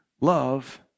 Love